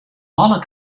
alle